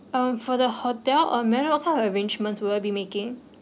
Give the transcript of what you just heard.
uh for the hotel uh may I know what kind of arrangements will you be making